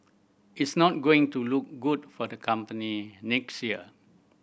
it's not going to look good for the company next year